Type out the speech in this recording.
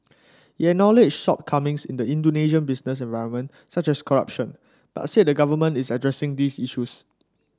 he acknowledged shortcomings in the Indonesian business environment such as corruption but said the government is addressing these issues